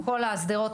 כל השדרות,